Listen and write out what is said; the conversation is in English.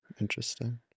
interesting